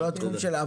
זה לא התחום שלה.